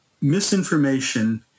misinformation